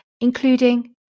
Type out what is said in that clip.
including